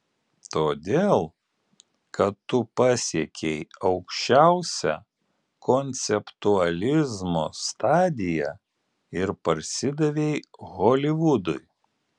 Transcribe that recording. todėl kad tu pasiekei aukščiausią konceptualizmo stadiją ir parsidavei holivudui